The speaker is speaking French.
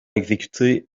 exécutée